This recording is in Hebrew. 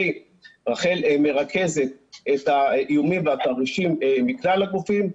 רח"ל מרכזת את האיומים והתרחישים מכלל הגופים,